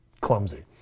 clumsy